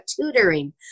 tutoring